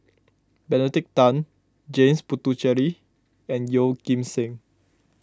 Benedict Tan James Puthucheary and Yeoh Ghim Seng